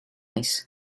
ice